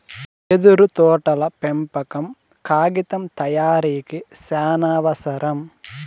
యెదురు తోటల పెంపకం కాగితం తయారీకి సానావసరం